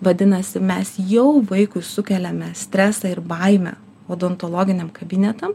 taip vadinasi mes jau vaikui sukeliame stresą ir baimę odontologiniam kabinetam